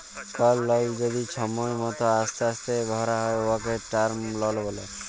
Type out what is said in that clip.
call লল যদি ছময় মত অস্তে অস্তে ভ্যরা হ্যয় উয়াকে টার্ম লল ব্যলে